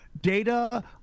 data